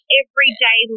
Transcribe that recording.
everyday